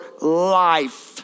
life